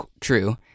true